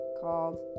called